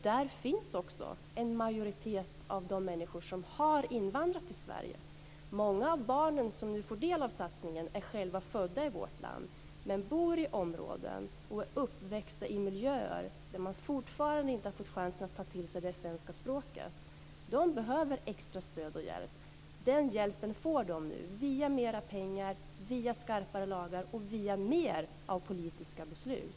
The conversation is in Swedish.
Där finns också en majoritet av de människor som har invandrat till Sverige. Många av de barn som nu får del av satsningen är födda i vårt land men bor i områden och är uppväxta i miljöer där man fortfarande inte har fått chansen att ta till sig det svenska språket. Dessa barn behöver extra stöd och hjälp. Den hjälpen får de nu via mera pengar, via skarpare lagar och via mer av politiska beslut.